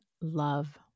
love